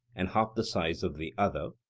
and half the size of the other?